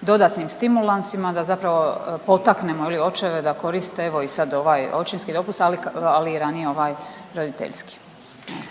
dodatnim stimulansima da zapravo potaknemo, je li, očeve da koriste evo i sad ovaj očinski dopust, ali i ranije ovaj roditeljski.